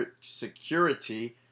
Security